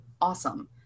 Awesome